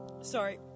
Sorry